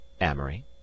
Amory